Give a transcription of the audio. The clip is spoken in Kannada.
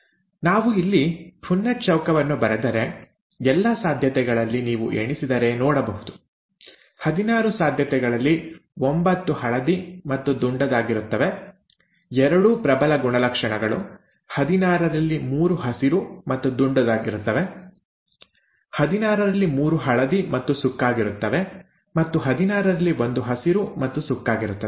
ನಾವು ಇಲ್ಲಿ ಪುನ್ನೆಟ್ಟ್ ಚೌಕವನ್ನು ಬರೆದರೆ ಎಲ್ಲಾ ಸಾಧ್ಯತೆಗಳಲ್ಲಿ ನೀವು ಎಣಿಸಿದರೆ ನೋಡಬಹುದು ಹದಿನಾರು ಸಾಧ್ಯತೆಗಳಲ್ಲಿ ಒಂಬತ್ತು ಹಳದಿ ಮತ್ತು ದುಂಡಾಗಿರುತ್ತವೆ ಎರಡೂ ಪ್ರಬಲ ಗುಣಲಕ್ಷಣಗಳು ಹದಿನಾರರಲ್ಲಿ ಮೂರು ಹಸಿರು ಮತ್ತು ದುಂಡಾಗಿರುತ್ತವೆ ಹದಿನಾರಲ್ಲಿ ಮೂರು ಹಳದಿ ಮತ್ತು ಸುಕ್ಕಾಗಿರುತ್ತವೆ ಮತ್ತು ಹದಿನಾರಲ್ಲಿ ಒಂದು ಹಸಿರು ಮತ್ತು ಸುಕ್ಕಾಗಿರುತ್ತದೆ